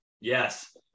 Yes